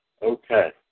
Okay